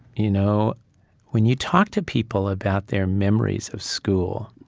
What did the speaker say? you know when you talk to people about their memories of school,